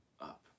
up